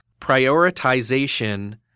prioritization –